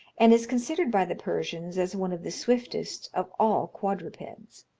and is considered by the persians as one of the swiftest of all quadrupeds.